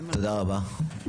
תודה רבה.